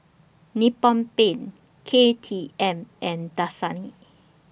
Nippon Paint K T M and Dasani